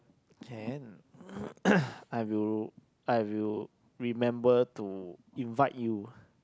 can I will I will remember to invite you